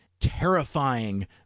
terrifying